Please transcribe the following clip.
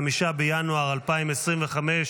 5 בינואר 2025,